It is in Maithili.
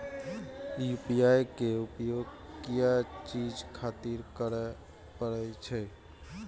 यू.पी.आई के उपयोग किया चीज खातिर करें परे छे?